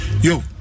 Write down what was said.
Yo